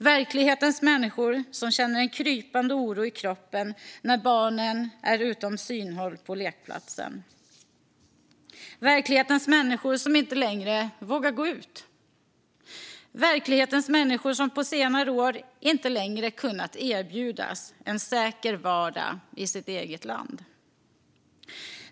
Verklighetens människor känner en krypande oro i kroppen när barnen är utom synhåll på lekplatsen. Verklighetens människor vågar inte längre gå ut. Verklighetens människor har på senare år inte längre kunnat erbjudas en säker vardag i sitt eget land.